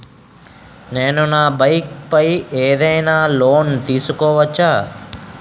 నేను నా బైక్ పై ఏదైనా లోన్ తీసుకోవచ్చా?